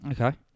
okay